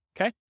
Okay